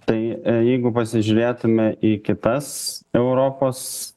tai jeigu pasižiūrėtume į kitas europos